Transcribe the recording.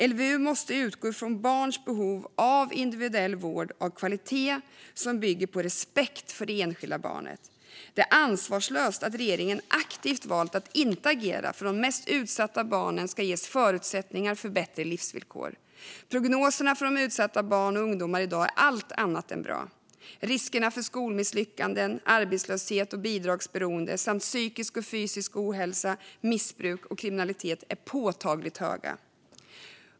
LVU måste utgå från barns behov av individuell vård av kvalitet som bygger på respekt för det enskilda barnet. Det är ansvarslöst att regeringen aktivt valt att inte agera för att de mest utsatta barnen ska ges förutsättningar för bättre livsvillkor. Prognoserna för utsatta barn och ungdomar i dag är allt annat än bra. Riskerna för skolmisslyckanden, arbetslöshet och bidragsberoende samt psykisk och fysisk ohälsa, missbruk och kriminalitet är påtagligt höga.